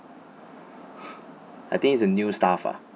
I think it's a new staff ah